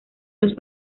los